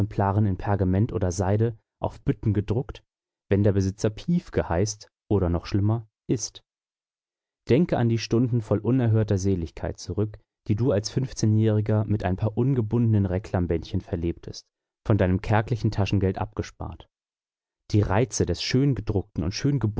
in pergament oder seide auf bütten gedruckt wenn der besitzer piefke heißt oder schlimmer ist denke an die stunden voll unerhörter seligkeit zurück die du als fünfzehnjähriger mit ein paar ungebundenen reclam-bändchen verlebtest von deinem kärglichen taschengeld abgespart die reize des schöngedruckten und